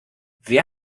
wer